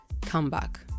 comeback